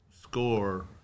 score